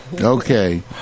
Okay